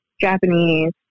Japanese